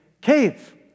cave